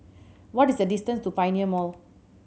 what is the distance to Pioneer Mall